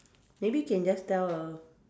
maybe you can just tell a